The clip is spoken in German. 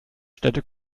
städte